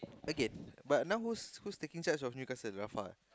okay but now who's who's taking charge of Newcastle Rafael